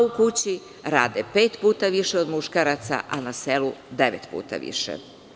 U kući rade pet puta više od muškaraca, a na selu devet puta više.